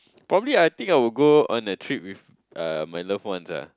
probably I think I will go on a trip with uh my loved ones ah